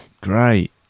great